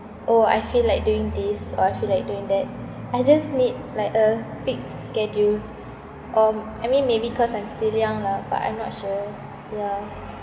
oh I feel like doing this or I feel like doing that I just need like a fixed schedule um I mean maybe cause I'm still young lah but I'm not sure yeah